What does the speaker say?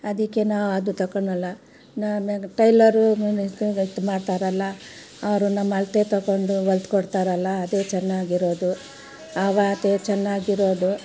ಅದಕ್ಕೆ ನಾವು ಅದು ತಕೊಳಲ್ಲ ನಾನು ಟೈಲರು ಮಾಡ್ತಾರಲ್ಲ ಅವರು ನಮ್ಮ ಅಳತೆ ತೊಗೊಂಡು ಹೊಲ್ದ್ ಕೊಡ್ತಾರಲ್ಲ ಅದು ಚೆನ್ನಾಗಿರೋದು ಅವಾಗೆ ಚೆನ್ನಾಗಿರೋದು